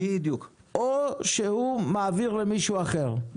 או שהוא מעביר למישהו אחר?